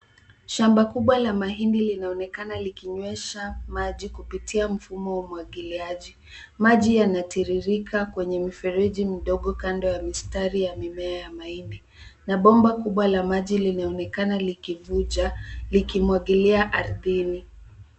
Shamba kubwa la mahindi linaonekana likinywesha maji kupitia mfumo wa umwagiliaji .Maji yanatiririka kwenye mifereji midogo kando ya mistari ya mimea ya mahindi na bomba kubwa la maji linaonekana likivuja likimwagilia ardhini.